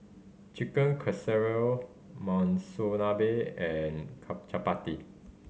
Chicken Casserole Monsunabe and Chapati